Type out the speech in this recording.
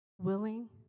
willing